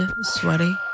sweaty